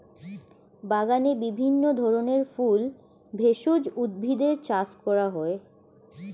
বাগানে বিভিন্ন ধরনের ফুল, ভেষজ উদ্ভিদের চাষ করা হয়